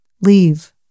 leave